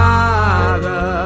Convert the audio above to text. Father